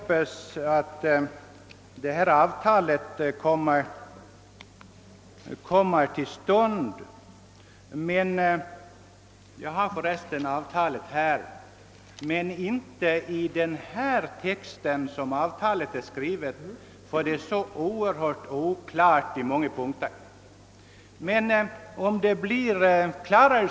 Jag har här avtalet i min hand, och vi hoppas att det kommer att godkännas, men inte med den formulering som det nu har. Texten är nämligen på många punkter mycket oklar.